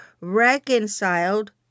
reconciled